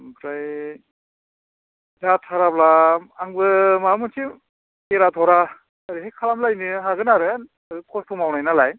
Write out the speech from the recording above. आमफ्राय जाथाराब्ला आंबो माबा मोनसे एरा दरा ओरैनो खालामलायनो हागोन आरो खस्थ' मावनाय नालाय